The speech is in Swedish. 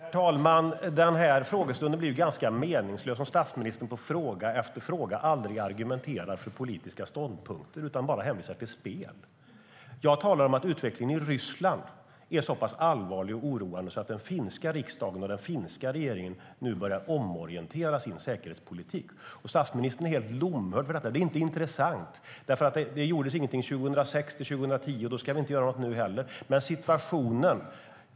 Herr talman! Denna frågestund blir ganska meningslös om statsministern på fråga efter fråga aldrig argumenterar för politiska ståndpunkter utan bara hänvisar till spel. Jag talar om att utvecklingen i Ryssland är så pass allvarlig och oroande att den finska riksdagen och den finska regeringen nu börjar omorientera sin säkerhetspolitik. Statsministern är helt lomhörd för detta. Det är inte intressant därför att det inte gjordes någonting 2006-2010, och då ska vi inte göra någonting nu heller.